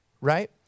right